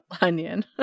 onion